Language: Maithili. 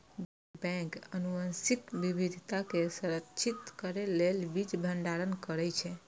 बीज बैंक आनुवंशिक विविधता कें संरक्षित करै लेल बीज भंडारण करै छै